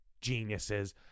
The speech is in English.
geniuses